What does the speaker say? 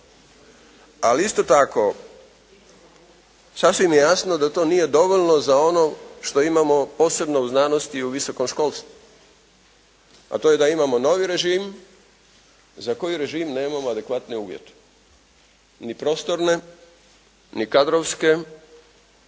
Ali isto tako sasvim je jasno da to nije dovoljno za ono što imamo posebno u znanosti i visokom školstvu a to je da imamo novi režim za koji režim nemamo adekvatne uvjete, ni prostorne, ni kadrovske